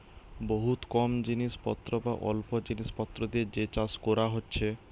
বহুত কম জিনিস পত্র বা অল্প জিনিস পত্র দিয়ে যে চাষ কোরা হচ্ছে